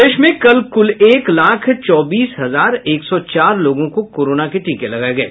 प्रदेश में कल कुल एक लाख चौबीस हजार एक सौ चार लोगों को कोरोना के टीके लगाये गये